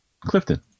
Clifton